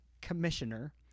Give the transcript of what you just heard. commissioner